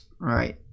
Right